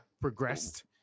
progressed